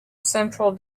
central